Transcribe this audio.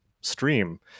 stream